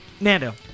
Nando